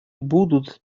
будут